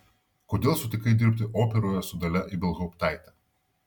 kodėl sutikai dirbti operoje su dalia ibelhauptaite